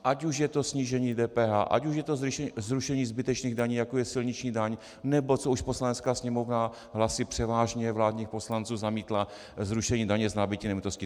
Ať už je to snížení DPH, ať už je to zrušení zbytečných daní, jako je silniční daň, nebo co už Poslanecká sněmovna hlasy převážně vládních poslanců zamítla, zrušení daně z nabytí nemovitosti.